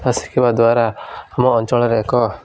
ତା ଶିଖିବା ଦ୍ୱାରା ଆମ ଅଞ୍ଚଳରେ ଏକ